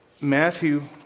Matthew